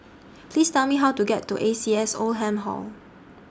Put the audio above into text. Please Tell Me How to get to A C S Oldham Hall